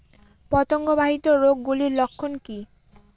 পতঙ্গ বাহিত রোগ গুলির লক্ষণ কি কি?